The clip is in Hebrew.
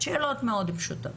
שאלות מאוד פשוטות.